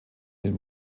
dem